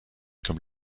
comme